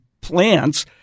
plants